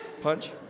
punch